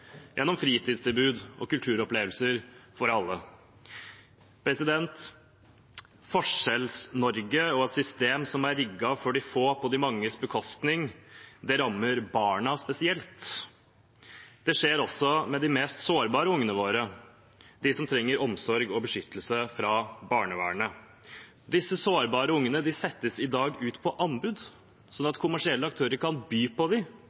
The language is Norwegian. gjennom fritidstilbud og kulturopplevelser for alle. Forskjells-Norge og et system som er rigget for de få, på de manges bekostning, rammer barna spesielt. Det skjer også med de mest sårbare ungene våre, de som trenger omsorg og beskyttelse fra barnevernet. Disse sårbare barna settes i dag ut på anbud, sånn at kommersielle aktører kan by på